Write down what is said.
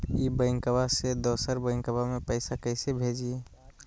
ई बैंकबा से दोसर बैंकबा में पैसा कैसे भेजिए?